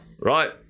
right